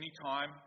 anytime